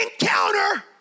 encounter